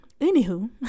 anywho